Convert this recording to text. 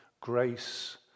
grace